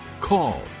call